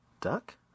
Duck